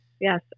Yes